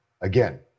again